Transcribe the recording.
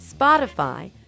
Spotify